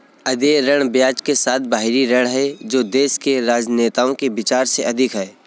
अदेय ऋण ब्याज के साथ बाहरी ऋण है जो देश के राजनेताओं के विचार से अधिक है